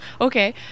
Okay